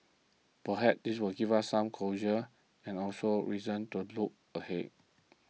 perhaps this will give us some closure and also reason to look ahead